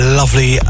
lovely